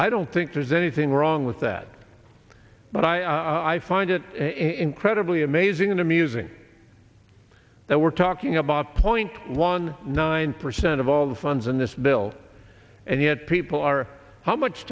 i don't think there's anything wrong with that but i i find it incredibly amazing and amusing that we're talking about point one nine percent of all the funds in this bill and yet people are how much